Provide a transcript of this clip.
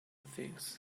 things